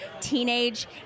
teenage